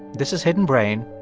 this is hidden brain.